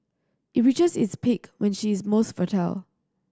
it reaches its peak when she is most fertile